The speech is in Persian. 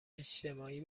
اجتماعی